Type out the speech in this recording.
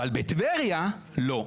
אבל בטבריה, לא.